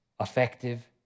effective